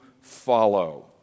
follow